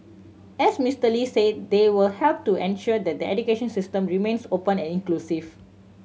as Mister Lee said they will help to ensure that the education system remains open and inclusive